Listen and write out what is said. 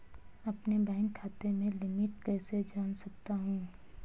अपने बैंक खाते की लिमिट कैसे जान सकता हूं?